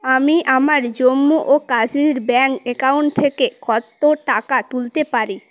আমি আমার জম্মু ও কাশ্মীর ব্যাঙ্ক অ্যাকাউন্ট থেকে কত টাকা তুলতে পারি